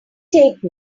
take